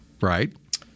right